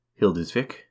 Hildisvik